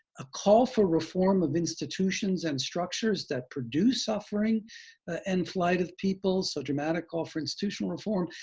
a call for reform of institutions and structures that produce suffering and flight of people, so dramatic call for institutional reform.